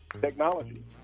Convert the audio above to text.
Technology